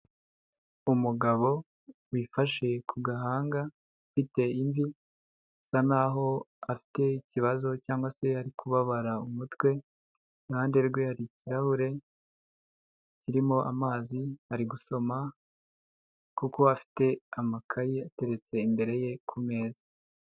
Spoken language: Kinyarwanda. Umugabo wifashe ku gahanga afite ivi asa naho afite ikibazo cyangwa se yari kubabara umutwe, i ruhande rwe hari ikirahure kirimo amazi ari gusoma kuko afite amakaye ateretse imbere ye ku meza.